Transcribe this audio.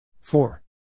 four